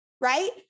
right